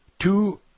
two